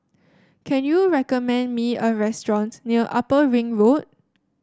can you recommend me a restaurant near Upper Ring Road